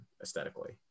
aesthetically